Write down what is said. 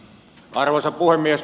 arvoisa puhemies